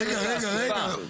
רגע, רגע, רגע.